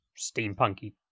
steampunky